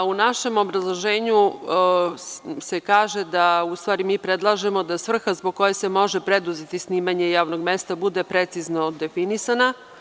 U našem obrazloženju se kaže, u stvari, mi predlažemo da svrha zbog koje se može preduzeti snimanje javnog mesta bude precizno definisana.